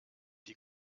die